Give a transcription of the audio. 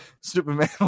Superman